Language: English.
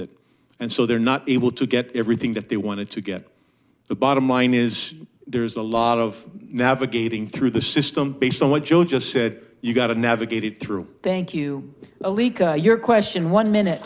it and so they're not able to get everything that they wanted to get the bottom line is there's a lot of navigating through the system based on what you just said you've got to navigate it through thank you your question one minute